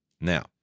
Now